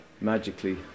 magically